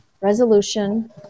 resolution